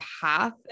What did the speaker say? path